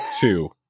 two